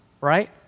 right